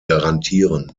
garantieren